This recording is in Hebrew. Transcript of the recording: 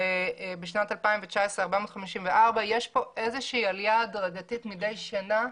ובשנת 2019 454. יש פה עלייה הדרגתית מדי שנה,